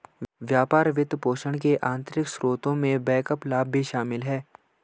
व्यापार वित्तपोषण के आंतरिक स्रोतों में बैकअप लाभ भी शामिल हैं